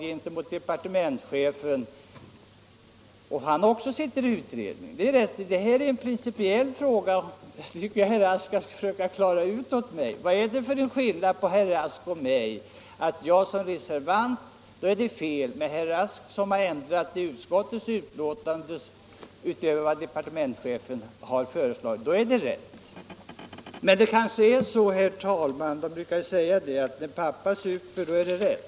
Vilken är då skillnaden mellan herr Rask och mig? Det är en principiell fråga som herr Rask får försöka klara ut åt mig. När jag som reservant föreslår en ändring är det fel, men när herr Rask ställer sig bakom utskottsmajoritetens ändringsförslag är det rätt. Man brukar ju säga att när pappa super är det rätt.